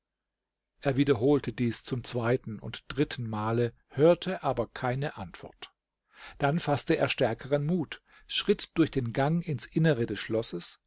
er wiederholte dies zum zweiten und drittenmale hörte aber keine antwort dann faßte er stärkeren mut schritt durch den gang ins innere des schlosses